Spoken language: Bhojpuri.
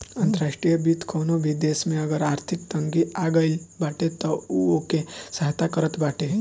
अंतर्राष्ट्रीय वित्त कवनो भी देस में अगर आर्थिक तंगी आगईल बाटे तअ उ ओके सहायता करत बाटे